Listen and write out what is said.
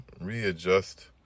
readjust